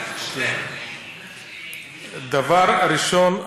דבר ראשון,